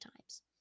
times